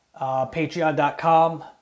Patreon.com